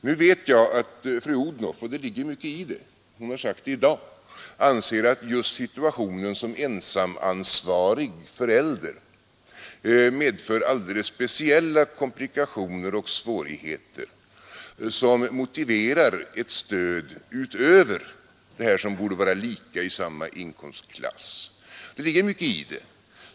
Nu vet jag att fru Odhnoff — hon har sagt det i dag, och det ligger mycket i det — anser att situationen som ensamansvarig förälder medför alldeles speciella komplikationer och svårigheter, som motiverar ett stöd utöver det här som borde vara lika i samma inkomstklass. Det ligger mycket i det.